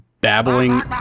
babbling